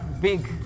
big